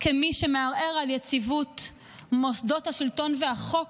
כמי שמערער על יציבות מוסדות השלטון והחוק,